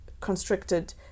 constricted